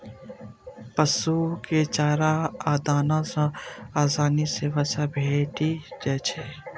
पशु कें चारा आ दाना सं आसानी सं वसा भेटि जाइ छै